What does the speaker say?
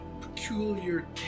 peculiar